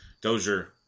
Dozier